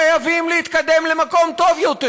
חייבים להתקדם למקום טוב יותר.